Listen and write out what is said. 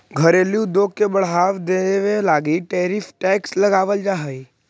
घरेलू उद्योग के बढ़ावा देवे लगी टैरिफ टैक्स लगावाल जा हई